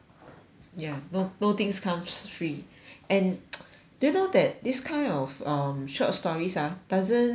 ya no no things comes free and do you know that this kind of um short stories ah doesn't